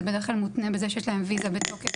זה בדרך כלל מותנה בזה שיש להן ויזה בתוקף.